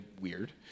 weird